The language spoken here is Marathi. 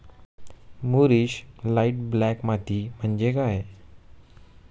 मूरिश लाइट ब्लॅक माती म्हणजे काय?